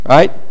Right